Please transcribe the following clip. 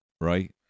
right